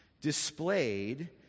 displayed